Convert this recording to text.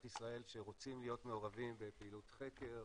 ישראל שרוצים להיות מעורבים בפעילות חקר,